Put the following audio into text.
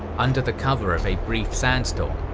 under the cover of a brief sandstorm,